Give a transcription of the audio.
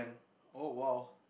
oh !wow!